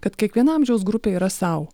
kad kiekviena amžiaus grupė yra sau